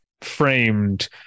framed